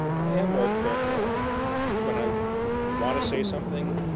i am more careful when i want to say something.